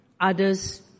others